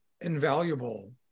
invaluable